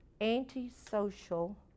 antisocial